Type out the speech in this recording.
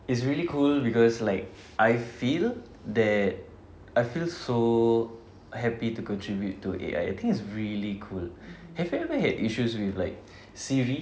it's really cool because like I feel that I feel so happy to contribute to A_I I think it's really cool have you ever had issues with like SIRI